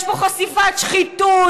יש פה חשיפת שחיתות.